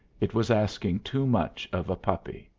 it was asking too much of a puppy.